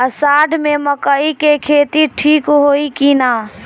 अषाढ़ मे मकई के खेती ठीक होई कि ना?